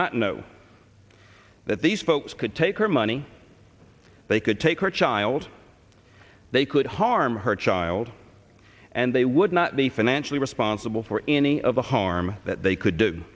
not know that these folks could take her money they could take her child they could harm her child and they would not be financially responsible for any of the harm that they could do